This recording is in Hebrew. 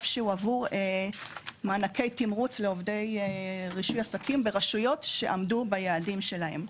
שהוא עבור מענקי תמרוץ לעובדי רישוי עסקים לרשויות שעמדו ביעדים שלהן.